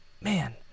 man